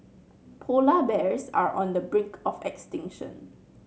polar bears are on the brink of extinction